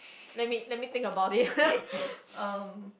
let me let me think about it um